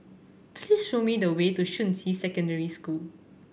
please show me the way to Shuqun Secondary School